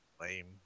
Lame